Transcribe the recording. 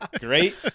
Great